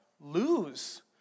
lose